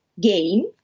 game